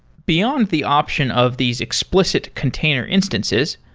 beyond the option of these explicit container instances,